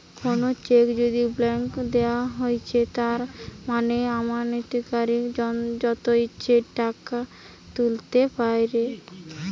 কোনো চেক যদি ব্ল্যাংক দেওয়া হৈছে তার মানে আমানতকারী যত ইচ্ছে টাকা তুলতে পাইরে